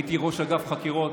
הייתי ראש אגף חקירות